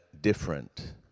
different